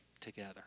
together